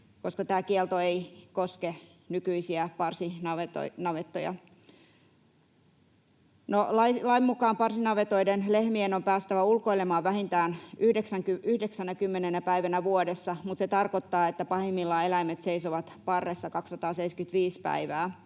koska tämä kielto ei koske nykyisiä parsinavettoja. Lain mukaan parsinavetoiden lehmien on päästävä ulkoilemaan vähintään 90 päivänä vuodessa, mutta se tarkoittaa, että pahimmillaan eläimet seisovat parressa 275 päivää.